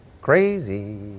Crazy